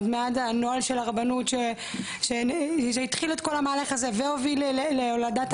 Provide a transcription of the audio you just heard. עוד מהנוהל של הרבנות שהתחיל את כל המהלך הזה והוביל לעתירה.